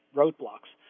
roadblocks